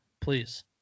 please